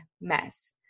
mess